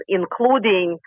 including